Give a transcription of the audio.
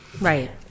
Right